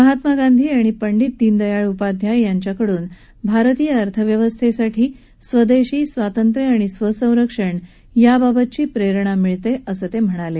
महात्मा गांधी आणि पंडीत दीनदयाळ उपाध्याय यांच्याकडून भारतीय आर्थव्यवस्थेसाठी स्वदेशी स्वातंत्र्य आणि स्वसंरक्षण याबाबतची प्रेरणा मिळते असेही ते म्हणाले